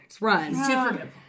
Run